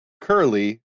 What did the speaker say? curly